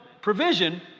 provision